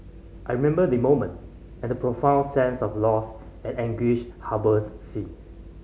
I remember the moment and the profound sense of loss and anguish harbour sin